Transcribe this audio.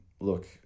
look